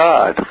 God